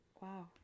Wow